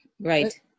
right